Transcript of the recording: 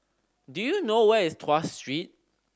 do you know where is Tuas Street